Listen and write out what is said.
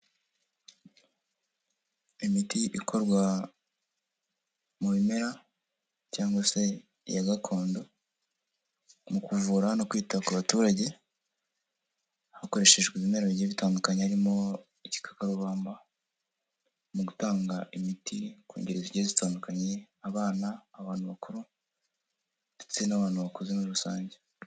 Imiti ikorwa mu bimera cyangwa se iya gakondo, mu kuvura no kwita ku baturage, hakoreshejwe ibimera bigiye bitandukanye, harimo igikakarubamba mu gutanga imiti ku ngero zigiye zitandukanye, abana ,abantu bakuru ndetse n'abantu bakuze muri rusange.